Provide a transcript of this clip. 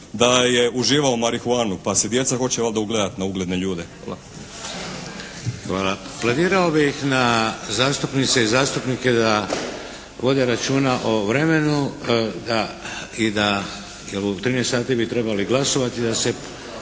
da je uživao marihuanu, pa se djeca onda hoće ugledati na ugledne ljude. Hvala. **Šeks, Vladimir (HDZ)** Hvala. Apelirao bih na zastupnice i zastupnike vode računa o vremenu i da evo, u 13 sati bi trebali glasovati, da se